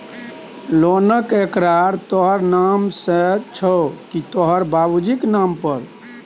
लोनक एकरार तोहर नाम सँ छौ की तोहर बाबुजीक नाम पर